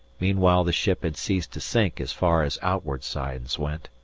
meanwhile the ship had ceased to sink as far as outward signs went.